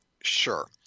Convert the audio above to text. Sure